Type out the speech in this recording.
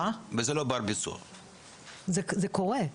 זה קורה.